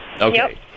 Okay